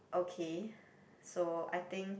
okay so I think